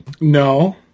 no